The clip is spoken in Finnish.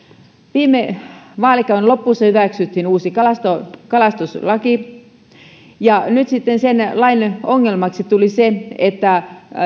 viime vaalikauden lopussa hyväksyttiin uusi kalastuslaki kalastuslaki nyt sitten sen lain ongelmaksi tuli se että